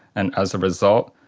and as a result,